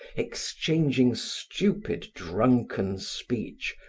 exchanging stupid, drunken speech,